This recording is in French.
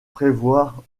prévoir